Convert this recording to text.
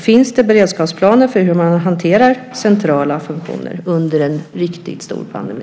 Finns det beredskapsplaner för hur man hanterar centrala funktioner under en riktigt stor pandemi?